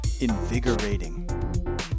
Invigorating